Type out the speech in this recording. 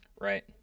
Right